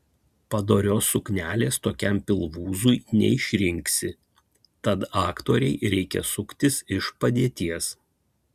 padorios suknelės tokiam pilvūzui neišrinksi tad aktorei reikia suktis iš padėties